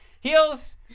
heels